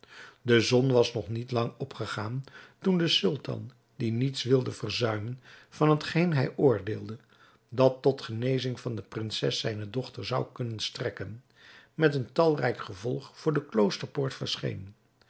de zon was nog niet lang opgegaan toen de sultan die niets wilde verzuimen van hetgeen hij oordeelde dat tot genezing van de prinses zijne dochter zou kunnen strekken met een talrijk gevolg voor de kloosterpoort verscheen